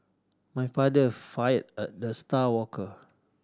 my father fired a the star worker